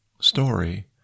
story